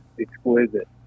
exquisite